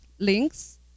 Links